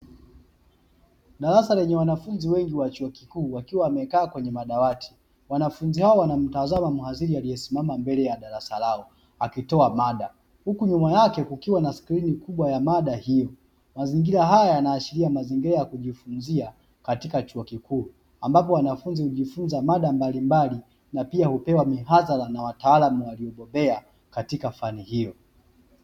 Darasa lenye wanafunzi wengi wa chuo kikuu wakiwa wamekaa kwenye madawati, wanafunzi hao wanamtazama mhadhiri aliyesimama mbele ya darasa lao akitoa mada. Huku nyuma yake kukiwa na skrini kubwa ya mada hiyo, mazingira haya yanaashiria mazingira ya kujifunzia katika chuo kikuu ambapo wanafunzi hujifunza mada mbalimbali na pia hupewa mihadhara na wataalamu waliyobobea katika fani hiyo.